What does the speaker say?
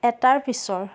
এটাৰ পিছৰ